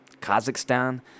Kazakhstan